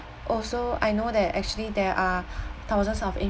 also I know that actually there are thousands of